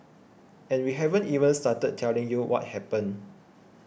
and we haven't even started telling you what happened